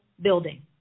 building